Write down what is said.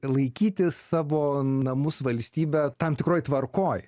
laikyti savo namus valstybe tam tikroj tvarkoj